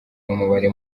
n’umubare